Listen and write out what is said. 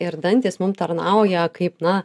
ir dantys mum tarnauja kaip na